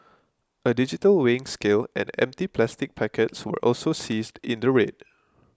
a digital weighing scale and empty plastic packets were also seized in the raid